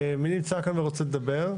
מי נמצא כאן ורוצה לדבר?